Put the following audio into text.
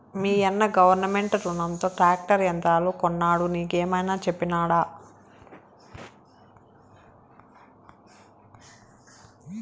మీయన్న గవర్నమెంట్ రునంతో ట్రాక్టర్ యంత్రాలు కొన్నాడు నీకేమైనా చెప్పినాడా